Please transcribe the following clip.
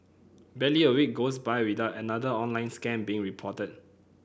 barely a week goes by without another online scam being reported